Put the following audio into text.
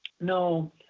No